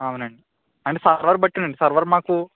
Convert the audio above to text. అవునండి అంటే సర్వర్ బట్టేనండి సర్వర్ మాకు